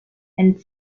and